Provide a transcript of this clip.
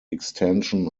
extension